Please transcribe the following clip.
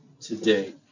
today